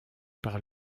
par